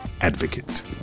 advocate